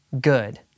good